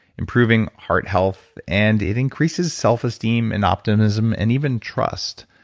improving heart health, and it increases self-esteem and optimism and even trust.